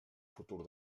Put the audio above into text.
futur